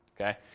okay